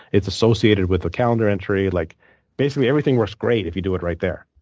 it's associated with a calendar entry. like basically, everything works great if you do it right there,